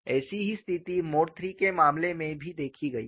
ऐसी ही स्थिति मोड III के मामले में भी देखी गई है